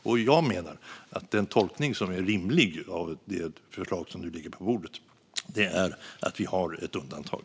Och jag menar att den tolkning som är rimlig av det förslag som nu ligger på bordet är att Sverige har ett undantag.